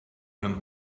and